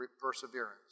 perseverance